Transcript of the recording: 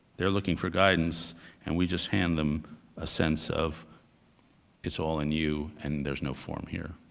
they're looking for guidance and we just hand them a sense of it's all in you and there's no form here.